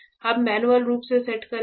हम मैन्युअल रूप से सेट करेंगे